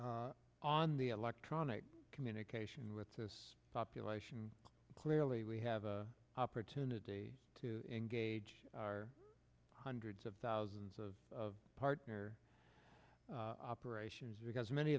but on the electronic communication with this population clearly we have an opportunity to engage our hundreds of thousands of partner operations because many